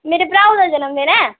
मेरे भ्राऊ दा जन्मदिन ऐ